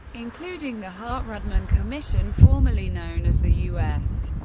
including the hart-rudman commission, formally known as the u s.